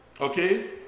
Okay